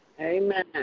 Amen